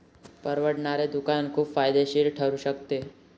परवडणारे दुकान खूप फायदेशीर ठरू शकते